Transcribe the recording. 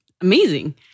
amazing